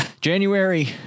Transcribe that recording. January